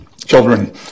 children